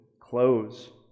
close